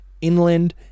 inland